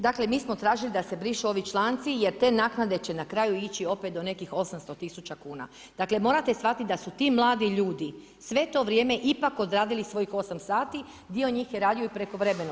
Dakle mi smo tražili da se brišu ovi članci jer te naknade će na kraju ići opet do nekih 800 000 kuna. dakle morate shvatit da su ti mladi ljudi sve to vrijeme ipak odradili svojih 8 sati, dio njih je radio i prekovremeno.